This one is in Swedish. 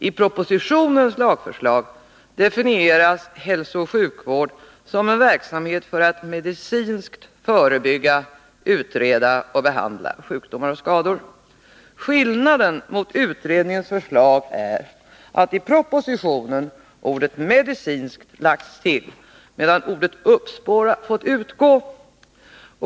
I propositionens lagförslag definieras hälsooch sjukvård som en verksamhet för att medicinskt förebygga, utreda och behandla sjukdomar och skador. Skillnaden mot utredningens förslag är att i propositionen ordet ”medicinskt” lagts till, medan ordet ”uppspåra” fått utgå.